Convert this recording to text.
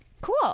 cool